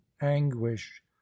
anguish